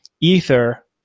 Ether